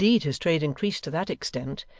indeed his trade increased to that extent,